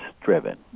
driven